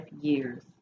years